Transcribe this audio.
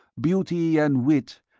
beauty and wit,